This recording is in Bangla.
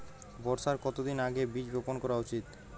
বর্ষার কতদিন আগে বীজ বপন করা উচিৎ?